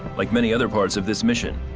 like many other parts of this mission,